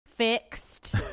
Fixed